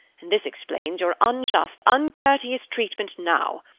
and this explains your unjust, uncourteous treatment now.